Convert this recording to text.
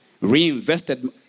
reinvested